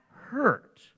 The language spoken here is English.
hurt